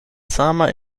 sama